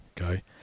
okay